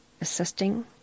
assisting